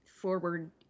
forward